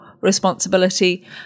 Responsibility